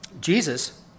Jesus